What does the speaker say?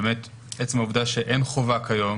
עצם העובדה שאין חובה כיום,